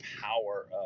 power